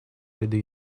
ряды